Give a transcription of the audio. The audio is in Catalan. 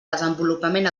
desenvolupament